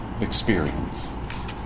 experience